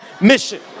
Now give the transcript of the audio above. mission